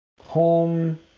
Home